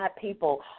people